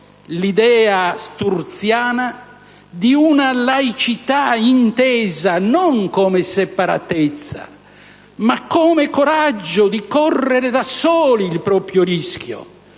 l'idea sturziana di «una laicità intesa non come separatezza, ma come coraggio di correre da soli il proprio rischio